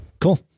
cool